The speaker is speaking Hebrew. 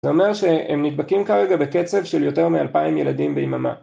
זה אומר שהם נדבקים כרגע בקצב של יותר מאלפיים ילדים ביממה